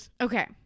Okay